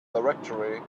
directory